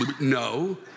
No